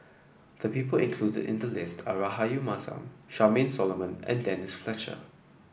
the people included in the list are Rahayu Mahzam Charmaine Solomon and Denise Fletcher